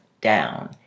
down